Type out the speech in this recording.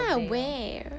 ya lah where